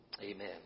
Amen